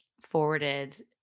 forwarded